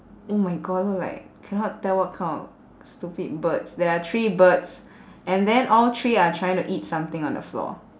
oh my god look like cannot tell what kind of stupid birds there are three birds and then all three are trying to eat something on the floor